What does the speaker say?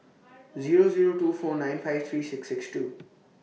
Zero Zero two four nine five three six six two